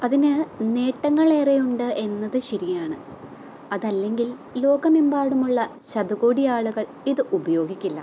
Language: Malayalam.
അതിന് നേട്ടങ്ങളെറെയുണ്ട് എന്നത് ശരിയാണ് അതല്ലെങ്കിൽ ലോകമെമ്പാടുമുള്ള ശതകോടി ആളുകൾ ഇത് ഉപയോഗിക്കില്ല